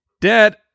Dad